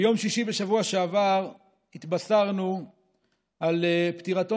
ביום שישי בשבוע שעבר התבשרנו על פטירתו